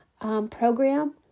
program